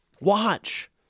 watch